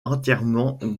entièrement